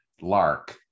lark